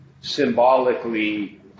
symbolically